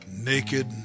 naked